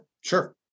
sure